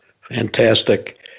Fantastic